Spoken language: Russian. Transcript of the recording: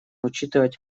учитывать